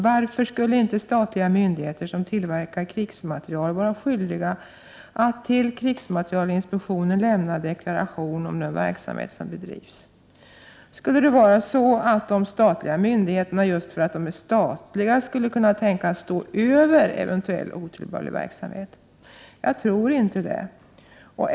Varför skulle inte statliga myndigheter som tillverkar krigsmateriel vara skyldiga att till krigsmaterielinspektionen lämna deklaration om den verksamhet som bedrivs? Skulle det vara så att de statliga myndigheterna, just därför att de är statliga, kan tänkas stå över eventuell otillbörlig verksamhet? Jag tror inte det.